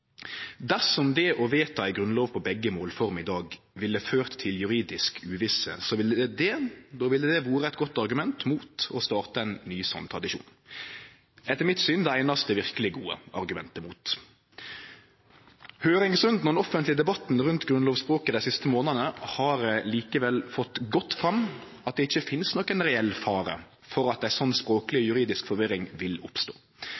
Dersom det å vedta ei grunnlov på begge målformer i dag ville ført til juridisk uvisse, ville det vore eit godt argument mot å starte ein ny sånn tradisjon – etter mitt syn det einaste verkeleg gode argumentet mot. Høyringsrunda og den offentlege debatten rundt grunnlovsspråket dei siste månadene har likevel fått godt fram at det ikkje finst nokon reell fare for at ei sånn språkleg-juridisk forvirring vil oppstå.